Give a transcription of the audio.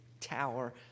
tower